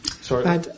Sorry